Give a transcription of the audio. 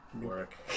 work